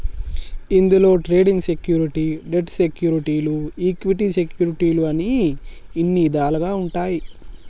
ఇందులో trading security, debt సెక్యూరిటీలు equity సెక్యూరిటీలు అని ఇన్ని ఇదాలుగా ఉంటాయి